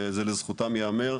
וזה לזכותם ייאמר,